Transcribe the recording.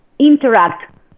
interact